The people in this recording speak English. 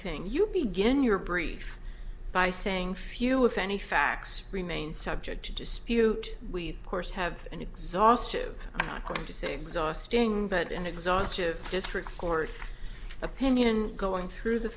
thing you begin your brief by saying few if any facts remain subject to dispute we course have an exhaustive i'm not going to say exhausting that and exhaustive district court opinion going through the